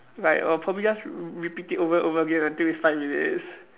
like I'll probably just re~ repeat it over and over again until it's five minutes